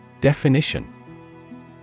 Definition